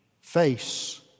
face